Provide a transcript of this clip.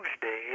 Tuesday